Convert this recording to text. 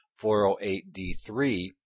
408D3